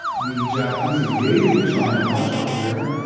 the japanese invaded china much earlier,